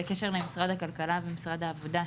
בקשר למשרד הכלכלה ומשרד העבודה,